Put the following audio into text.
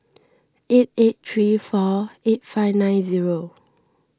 eight eight three four eight five nine zero